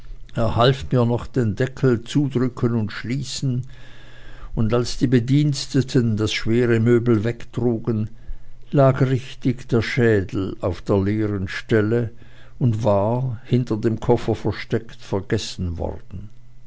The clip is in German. half mir noch den deckel zudrücken und schließen und als die bediensteten das schwere möbel wegtrugen lag richtig der schädel auf der leeren stelle und war hinter dem koffer versteckt vergessen worden